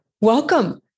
welcome